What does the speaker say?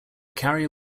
carrier